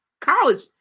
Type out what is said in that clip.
college